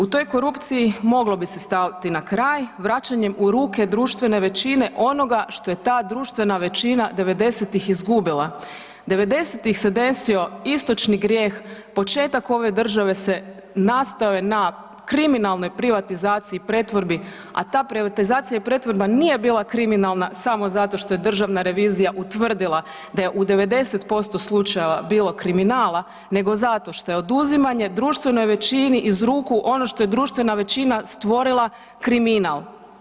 U toj korupciji moglo bi se stati na kraj vračanjem u ruke društvene većine onoga što je ta društvena većina '90.-tih izgubila. '90.-tih se desio istočni grijeh početak ove države se nastao je na kriminalnoj privatizaciji i pretvorbi, a ta privatizacija i pretvorba nije bila kriminalna samo zato što je državna revizija utvrdila da je u 90% slučajeva bilo kriminala, nego zato što je oduzimanje društvenoj većini iz ruku ono što je društvena većina stvorila kriminal.